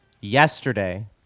yesterday